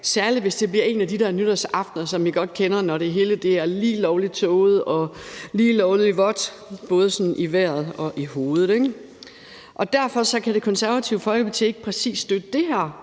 særlig hvis det bliver en af de der nytårsaftener, som vi godt kender, hvor det hele er lige lovlig tåget og lige lovlig vådt, både i vejret og i hovedet – ikke? Derfor kan Det Konservative Folkeparti ikke støtte lige